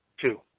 Two